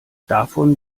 davon